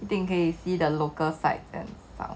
一定可以 see the local sites and stuff